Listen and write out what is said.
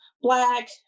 Black